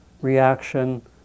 reaction